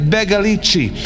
Begalici